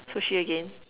sushi again